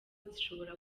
zishobora